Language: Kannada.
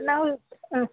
ನಾವು ಹಾಂ